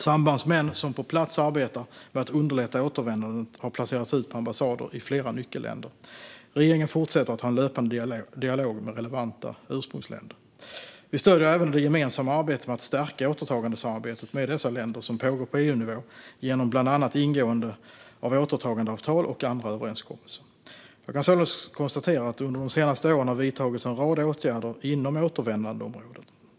Sambandsmän som på plats arbetar med att underlätta återvändandet har placerats ut på ambassader i flera nyckelländer. Regeringen fortsätter att ha en löpande dialog med relevanta ursprungsländer. Vi stöder även det gemensamma arbetet med att stärka återtagandesamarbetet med dessa länder, som pågår på EU-nivå genom bland annat ingående av återtagandeavtal och andra överenskommelser. Jag kan således konstatera att det under de senaste åren har vidtagits en rad åtgärder inom återvändandeområdet.